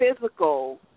physical